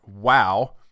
wow